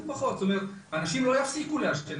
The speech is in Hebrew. אנשים לא יפסיקו לעשן,